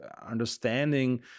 understanding